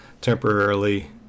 temporarily